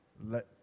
let